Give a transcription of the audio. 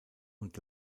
und